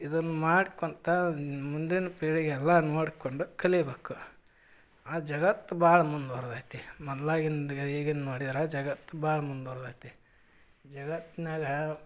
ಇದನ್ನು ಮಾಡ್ಕೊತ ಮುಂದಿನ ಪೀಳಿಗೆ ಎಲ್ಲ ನೋಡಿಕೊಂಡು ಕಲಿಯಬೇಕು ಆ ಜಗತ್ತು ಭಾಳ ಮುಂದುವರ್ದೈತಿ ಮೊದ್ಲಾಗಿಂದು ಈಗಿಂದು ನೋಡಿದ್ರೆ ಜಗತ್ತು ಭಾಳ ಮುಂದುವರ್ದೈತಿ ಜಗತ್ತಿನಾಗ